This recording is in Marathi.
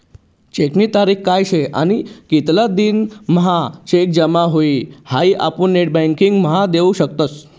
चेकनी तारीख काय शे आणि कितला दिन म्हां चेक जमा हुई हाई आपुन नेटबँकिंग म्हा देखु शकतस